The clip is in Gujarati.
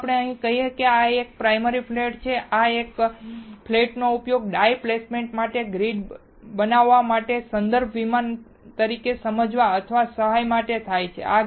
ચાલો આપણે કહીએ કે આ પ્રાથમિક ફ્લેટ છે અને આ ફ્લેટનો ઉપયોગ ડાઇ પ્લેસમેન્ટ માટે ગ્રીડ બનાવવા માટે સંદર્ભ વિમાન તરીકે સમજવામાં અથવા સહાય માટે થાય છે